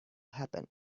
happen